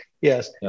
Yes